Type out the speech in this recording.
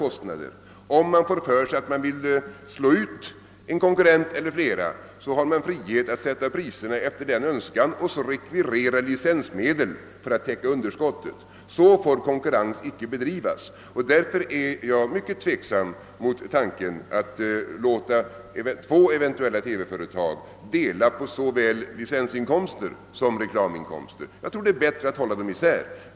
Om företaget får för sig att det vill slå ut en eller flera konkurrenter, får det inte sätta priserna godtyckligt för att sedan rekvirera licensmedel för att täcka underskottet. Därför är jag mycket tveksam mot tanken att låta två eventuella TV-företag dela på såväl licensinkomster som reklaminkomster. Enligt min mening är det bättre att hålla isär detta.